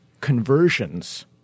conversions